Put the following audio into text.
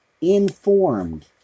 informed